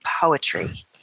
poetry